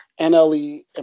NLE